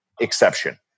exception